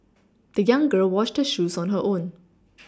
the young girl washed her shoes on her own